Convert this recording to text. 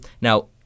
now